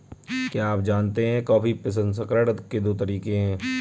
क्या आप जानते है कॉफी प्रसंस्करण के दो तरीके है?